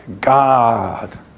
God